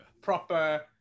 proper